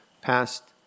past